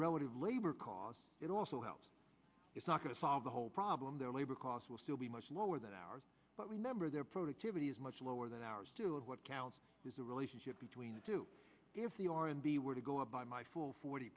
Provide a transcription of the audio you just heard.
relative labor cost it also helps it's not going to solve the whole problem their labor costs will still be much lower than ours but remember their productivity is much lower than ours do and what counts is the relationship between the two if the r and b were to go up by my full forty